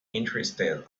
interested